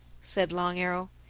said long arrow.